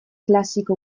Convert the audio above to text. klasiko